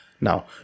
Now